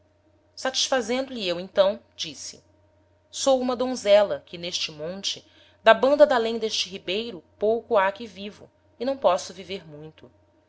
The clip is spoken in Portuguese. ainda satisfazendo lhe eu então disse sou uma donzela que n'este monte da banda d'alem d'este ribeiro pouco ha que vivo e não posso viver muito